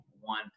one